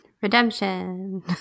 Redemption